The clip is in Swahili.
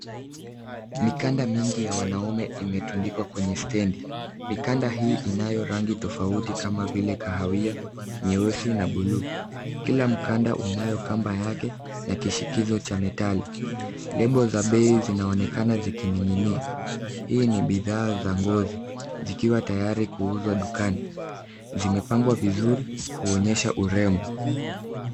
Mikanda mingi ya wanaume imetundikwa kwenye stendi. Mikanda hii inayo rangi tofauti kama vile kahawia, nyeusi na bluu. Kila mkanda unayo kamba yake na kishikizo cha metali. Lebo za bei zinaonekana zikining'inia. Hii ni bidhaa za ngozi zikiwa tayari kuuzwa dukani. Zimepangwa vizuri kuonyesha urembo.